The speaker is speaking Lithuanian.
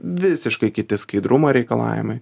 visiškai kiti skaidrumo reikalavimai